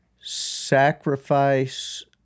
sacrifice